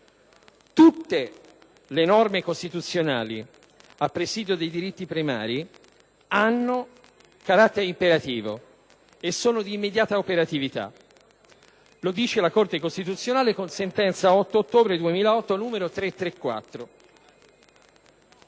Tutte le norme costituzionali a presidio dei diritti primari hanno carattere imperativo e sono di immediata operatività. Lo dice la Corte costituzionale con la sentenza n. 334